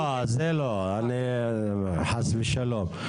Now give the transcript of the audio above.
לא, חס ושלום.